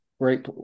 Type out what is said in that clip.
great